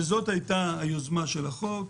זאת הייתה היוזמה של החוק.